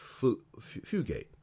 Fugate